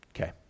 Okay